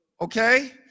okay